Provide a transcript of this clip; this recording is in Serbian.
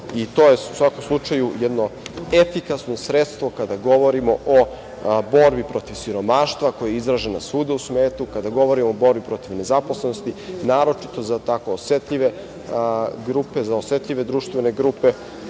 To je, u svakom slučaju, jedno efikasno sredstvo kada govorimo o borbi protiv siromaštva, koja je izražena svuda u svetu, kada govorimo o borbi protiv nezaposlenosti, naročito za tako osetljive grupe,